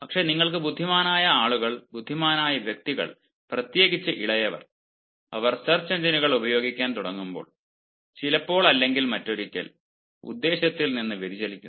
പക്ഷെ നിങ്ങൾ ബുദ്ധിമാനായ ആളുകൾ ബുദ്ധിമാനായ വ്യക്തികൾ പ്രത്യേകിച്ച് ഇളയവർ അവർ സെർച്ച് എഞ്ചിനുകൾ ഉപയോഗിക്കാൻ തുടങ്ങുമ്പോൾ ചിലപ്പോൾ അല്ലെങ്കിൽ മറ്റൊരിക്കൽ ഉദ്ദേശത്തിൽ നിന്ന് വ്യതിചലിക്കുന്നു